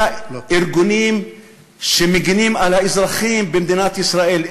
ארגונים שמגינים על האזרחים במדינת ישראל,